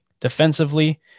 Defensively